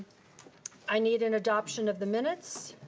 i need an adoption of the minutes.